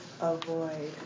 avoid